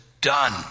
done